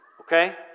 okay